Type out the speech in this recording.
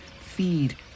feed